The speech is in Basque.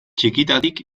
txikitatik